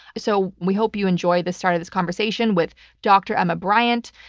so we hope you enjoy the start of this conversation with dr. emma briant,